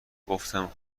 گفتم